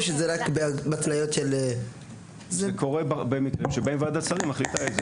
זה קורה בהרבה מקרים שבהם ועדת שרים מחליטה.